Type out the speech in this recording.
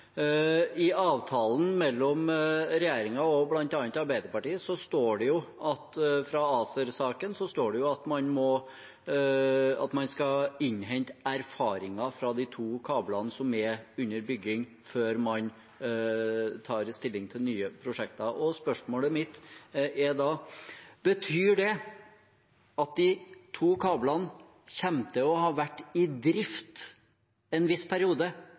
I avtalen mellom regjeringen og bl.a. Arbeiderpartiet i ACER-saken står det at man skal innhente erfaringer fra de to kablene som er under bygging, før man tar stilling til nye prosjekter. Spørsmålet mitt er da: Betyr det at de to kablene kommer til å ha vært i drift en viss periode,